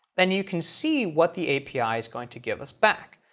then you can see what the api is going to give us back.